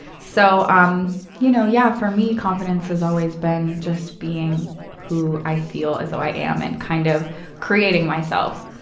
so um you know yeah for me, confidence has always been just being who i feel as though i am, and kind of creating myself.